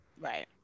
Right